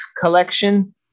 Collection